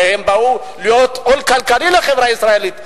הרי הם באו להיות עול כלכלי לחברה הישראלית.